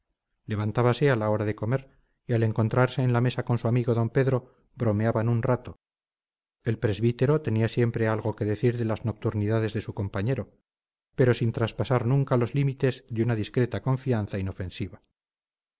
madrugada levantábase a la hora de comer y al encontrarse en la mesa con su amigo d pedro bromeaban un rato el presbítero tenía siempre algo que decir de las nocturnidades de su compañero pero sin traspasar nunca los límites de una discreta confianza inofensiva